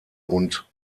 und